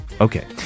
Okay